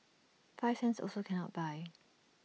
five cents also cannot buy